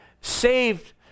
saved